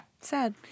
Sad